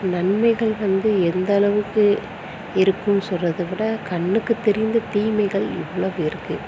நன்மைகள் வந்து எந்த அளவுக்கு இருக்கும் சொல்றதை விட கண்ணுக்கு தெரிந்த தீமைகள் எவ்வளோ இருக்குது